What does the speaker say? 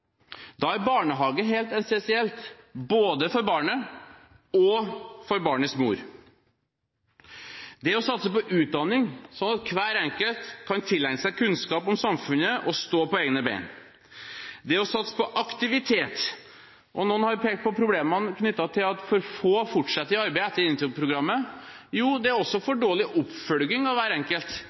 da er barnehage helt essensielt, både for barnet og for barnets mor. Det er å satse på utdanning, så hver enkelt kan tilegne seg kunnskap om samfunnet og stå på egne bein. Det er å satse på aktivitet, og noen har pekt på problemene knyttet til at for få fortsetter i arbeid etter introprogrammet – ja, det er også for dårlig oppfølging av hver enkelt